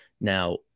Now